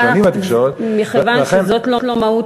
הוא שנים בתקשורת, לכן, אבל מכיוון שזה לא מהות